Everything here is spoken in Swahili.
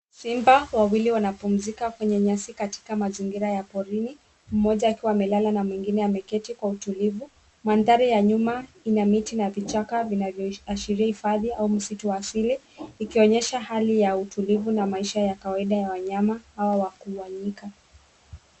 Simba wawili wanapumzika kwenye nyasi katika mazingira ya porini mmoja akiwa amelala na mwingine ameketi kwa utulivu. Mandhari ya nyuma ina miti na vichaka vinavyoashiria hifadhi au msitu asili ikionyesha hali ya utulivu na maisha ya kawaida ya wanyama au wakuu wa nyika.